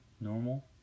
Normal